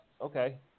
Okay